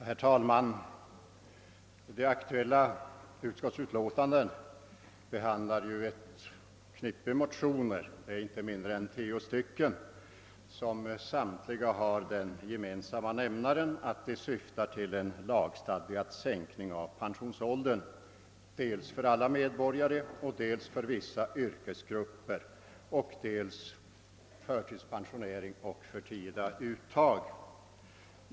Herr talman! Det aktuella utskottsutlåtandet behandlar ett knippe motioner — inte mindre än tio stycken — vilka samtliga har den gemensamma nämnaren att de syftar till en lagstadgad sänkning av pensionsåldern, dels för alla medborgare, dels för vissa yrkesgrupper, dels för förtidspensionering och förtida uttag.